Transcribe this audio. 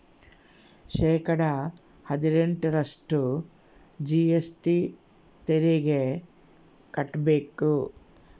ಶೇಕಡಾ ಹದಿನೆಂಟರಷ್ಟು ಜಿ.ಎಸ್.ಟಿ ತೆರಿಗೆ ಕಟ್ಟ್ಬೇಕು